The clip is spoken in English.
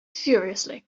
furiously